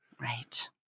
right